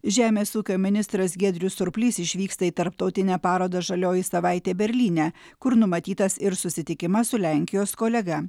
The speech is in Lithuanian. žemės ūkio ministras giedrius surplys išvyksta į tarptautinę parodą žalioji savaitė berlyne kur numatytas ir susitikimas su lenkijos kolega